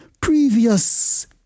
previous